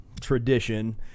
tradition